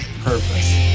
purpose